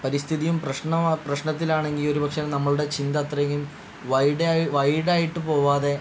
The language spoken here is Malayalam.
പരിസ്ഥിതിയും പ്രശ്നമാണ് പ്രശ്നത്തിലാണെങ്കിൽ ഒരു പക്ഷേ നമ്മളുടെ ചിന്ത അത്രക്കും വൈഡ് വൈഡായിട്ട് പോവാതെ